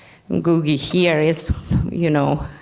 ngugi here is you know